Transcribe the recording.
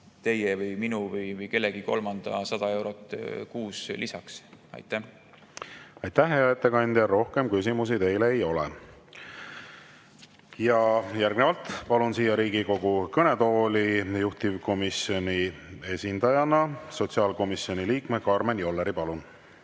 teil või minul või kellelgi kolmandal 100 eurot kuus lisaks. Aitäh, hea ettekandja! Rohkem küsimusi teile ei ole. Järgnevalt palun siia Riigikogu kõnetooli juhtivkomisjoni esindajana sotsiaalkomisjoni liikme Karmen Jolleri. Palun!